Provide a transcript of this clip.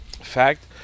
fact